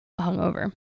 hungover